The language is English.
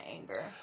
anger